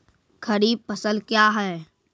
खरीफ फसल क्या हैं?